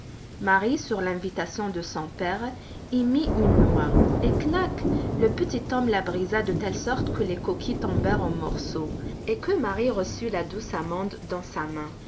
marie sur l'invitation de son père y mit une noix et knak le petit homme la brisa de telle sorte que les coquilles tombèrent en morceaux et que marie reçut la douce amande dans sa main